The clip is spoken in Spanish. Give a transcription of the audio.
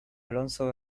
alonso